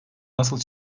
nasıl